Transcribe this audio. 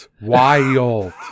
Wild